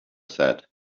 said